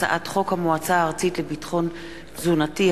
הצעת חוק המועצה הארצית לביטחון תזונתי,